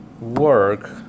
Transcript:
work